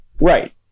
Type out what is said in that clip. Right